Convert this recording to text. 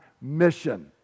mission